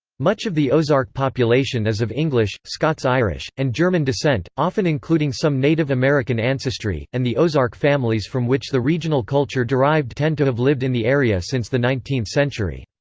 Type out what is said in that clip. much of the ozark population is of english, scots-irish, and german descent, often including some native american ancestry, and the ozark families from which the regional culture derived tend to have lived in the area since the nineteenth century.